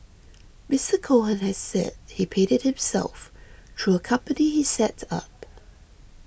Mister Cohen has said he paid it himself through a company he set up